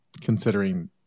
considering